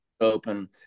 open